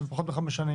אם יש פחות מחמש שנים,